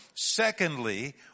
Secondly